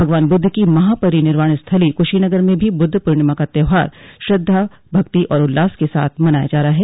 भगवान बुद्ध की महा परिनिर्वाण स्थली कुशीनगर में भी बुद्ध पूर्णिमा का त्याहार श्रद्धा भक्ति और उल्लास के साथ मनाया जा रहा है